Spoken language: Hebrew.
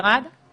חיים, אני רוצה,